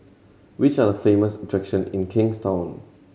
which are famous attraction in Kingstown